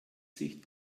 sich